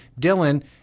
Dylan